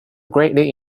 greatly